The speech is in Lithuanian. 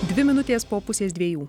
dvi minutės po pusės dviejų